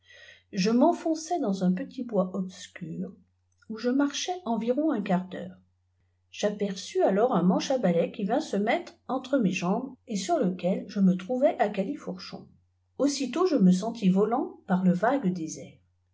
je m'enfonçai dans un petitij qis obscur où je marchai environ un quart d'heure j'aperçus alors un manche à balai qui vint se mettre entre mes jambes et sur lequel je me trouvai à califourchon aussitôt je me sentis volant par le vague des